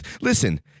Listen